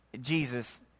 Jesus